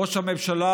ראש הממשלה,